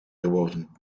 geworden